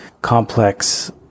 complex